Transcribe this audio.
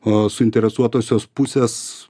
o suinteresuotosios pusės